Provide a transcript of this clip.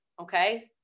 okay